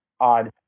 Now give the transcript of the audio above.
odd